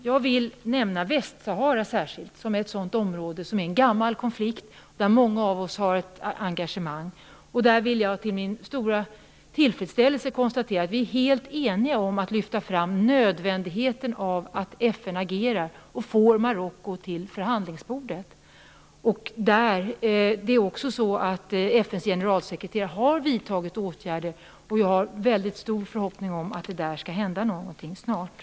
Jag vill också särskilt nämna Västsahara, som är ett gammalt konfliktområde där många av oss har ett engagemang. Där kan jag till min stora tillfredsställelse konstatera att vi är helt eniga om att lyfta fram nödvändigheten av att FN agerar och får Marocko till förhandlingsbordet. FN:s generalsekreterare har också vidtagit åtgärder, och jag har stor förhoppning om att det skall hända någonting där snart.